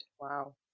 Wow